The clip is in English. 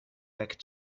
back